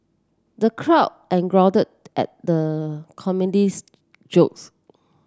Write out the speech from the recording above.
the crowd at the comedian's jokes